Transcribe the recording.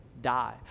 die